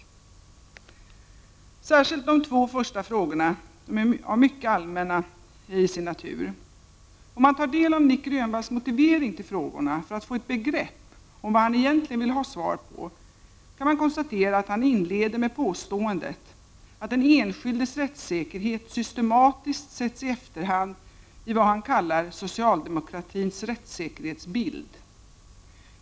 Särskilt de två första frågorna är mycket allmänna till sin natur. Om man tar del av Nic Grönvalls motivering till frågorna för att få ett begrepp om vad han egentligen vill ha svar på, kan man konstatera att han inleder med påståendet att den enskildes rättssäkerhet systematiskt sätts i efterhand i vad han kallar socialdemokratins rättssäkerhetsbild.